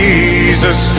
Jesus